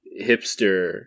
hipster